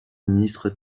ministre